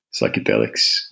psychedelics